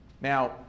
now